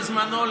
בזמנו,